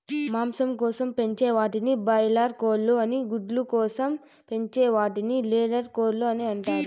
మాంసం కోసం పెంచే వాటిని బాయిలార్ కోళ్ళు అని గుడ్ల కోసం పెంచే వాటిని లేయర్ కోళ్ళు అంటారు